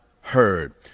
heard